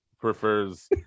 prefers